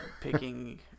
picking